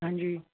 ਹਾਂਜੀ